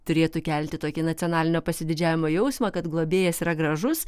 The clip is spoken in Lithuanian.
turėtų kelti tokį nacionalinio pasididžiavimo jausmą kad globėjas yra gražus